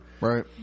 right